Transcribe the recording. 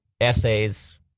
Essays